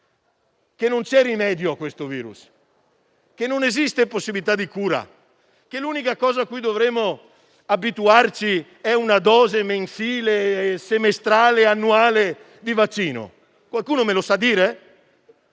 che non c'è rimedio a questo virus, che non esiste possibilità di cura, che l'unica cosa cui dovremmo abituarci è una dose mensile, semestrale o annuale di vaccino? Qualcuno me lo sa dire?